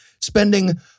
spending